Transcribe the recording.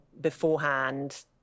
beforehand